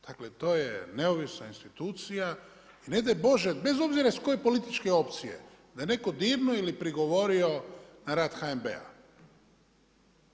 Dakle, to je neovisna institucija i ne daj Bože bez obzira iz koje političke opcije, da je netko dirnuo ili prigovorio na rad HNB-a.